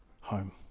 home